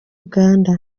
uganda